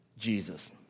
Jesus